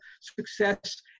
success